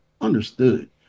understood